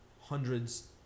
hundreds